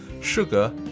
Sugar